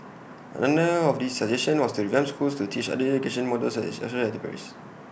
another of his suggestion was to revamp schools to teach other education models such as social enterprise